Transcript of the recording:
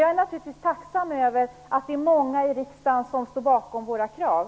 Jag är naturligtvis tacksam över att det är många i riksdagen som står bakom våra krav.